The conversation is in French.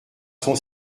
son